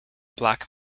black